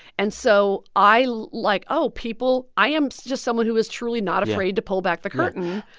and so i like oh, people i am just someone who is truly not afraid to pull back the curtain.